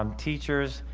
um teachers,